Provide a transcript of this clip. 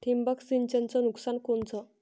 ठिबक सिंचनचं नुकसान कोनचं?